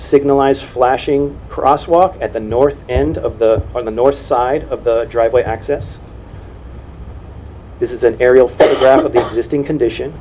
signalize flashing crosswalk at the north end of the on the north side of the driveway access this is an aerial photograph of the just in condition